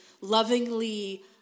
lovingly